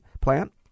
plant